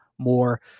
More